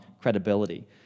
credibility